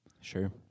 Sure